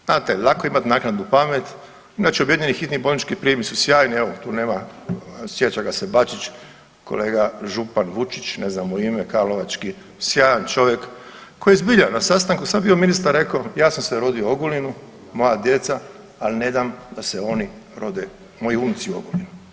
Znate, lako je imat naknadnu pamet, znači objedinjeni hitni bolnički prijemi su sjajni, evo tu nema, sjeća ga se Bačić, kolega župan Vučić, ne znam mu ime, karlovački, sjajan čovjek koji zbilja, na sastanku sad bio ministar reko ja sam se rodio u Ogulinu, moja djeca, ali ne dam da se oni rode, moji unuci u Ogulinu.